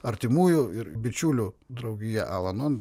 artimųjų ir bičiulių draugija alanon